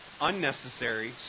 unnecessary